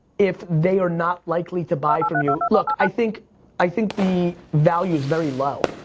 if they are not likely to buy from you. look, i think i think the value is very low,